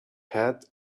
hat